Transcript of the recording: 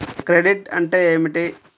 Credit అంటే ఏమిటి?